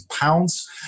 pounds